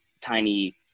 tiny